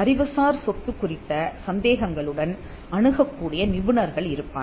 அறிவுசார் சொத்து குறித்த சந்தேகங்களுடன் அணுகக்கூடிய நிபுணர்கள் இருப்பார்கள்